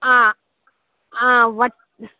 ആ ആ